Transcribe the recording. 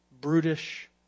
Brutish